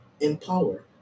empower